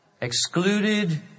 excluded